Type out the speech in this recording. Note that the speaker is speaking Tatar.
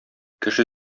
кеше